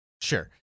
sure